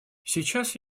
сейчас